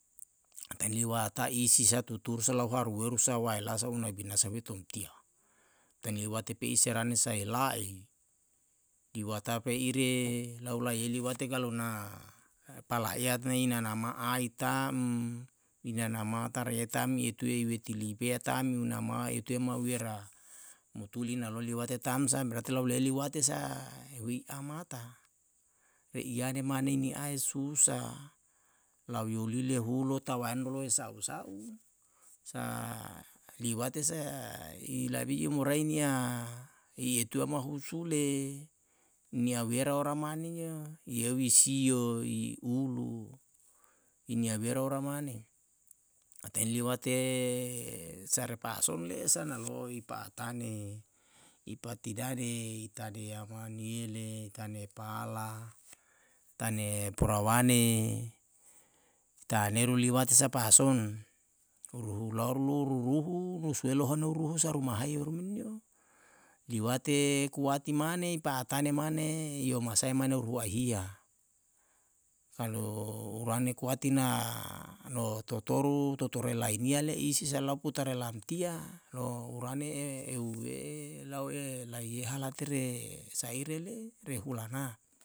Ataen liwat ta'e isi sa tuturu lau haru weru sa waela sa una binasae tomtia. tanei liwate pe'i serane sae la'i, liwata pe'ire lau laiya lewate kalu na palaiat nei nana ma'ai ta'm i nana mata reye tam ye tue i weti lipia tam una ma etue ma wera. mo tuli nalo liwate tamsa berarti lau lewate sa ehuwi amata, re'iane mane ni ae susah lau yolile hulo tawaen rolo esau usa'u, sa liwate sae i labe i murae nia i etue ma husule nia wera ora maneo yewisio i ulu i nia wera ora mane ataen liwate sare pa'ason le'e sa nalo'o i pa'atane i patidade i tane i ama niele tane pala tane purawane taneru liwate sa pa'ason huru hulau luru ruhu rusu elau honou ruhu sa ruma hairu menio. liwate kuati mane i pa'atane mane i omasae amane rua hia. kalu urane kuati na ano totoru, toto relainia le isi sa lau putare lamtia lo urane ehue laue lahiha latere saire le'e rehulana